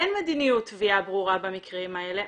אין מדיניות תביעה ברורה במקרים האלה.